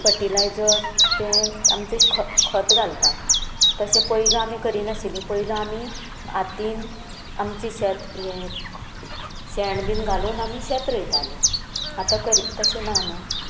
fertiliser ते आमचे खत खत घालता तशें पयलू आमी करिनाशिल्लीं पयलू आमी हातीन आमचे शेत हें शेण बीन घालून आमी शेत रोयतालीं आतां तशें ना न्हू